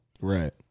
Right